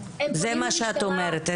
זה מה שאת אומרת.